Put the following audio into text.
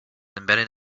embedded